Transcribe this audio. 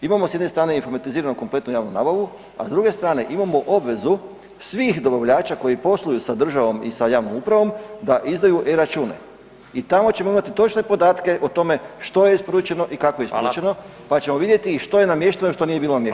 Imamo s jedne strane informatiziranu kompletnu javnu nabavu, a s druge strane imamo obvezu svih dobavljača koji posluju sa državom i sa javnom upravom da izdaju eRačune i tamo ćemo imati točne podatke o tome što je isporučeno i kako je isporučeno [[Upadica Radin: Hvala.]] pa ćemo vidjeti što je namješteno, a što nije bilo namješteno.